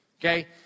okay